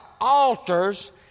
altars